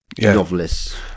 novelists